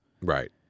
Right